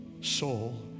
soul